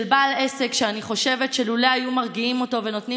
של בעל עסק שאני חושבת שלולא היו מרגיעים אותו ונותנים